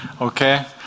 okay